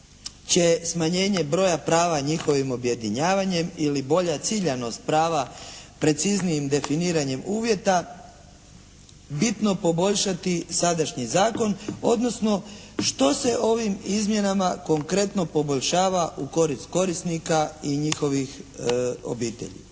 će smanjenje broja prava njihovim objedinjavanjem ili bolja ciljanost prava preciznijim definiranjem uvjeta bitno poboljšati sadašnji Zakon, odnosno što se ovim izmjenama konkretno poboljšava u korist korisnika i njihovih obitelji.